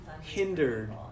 hindered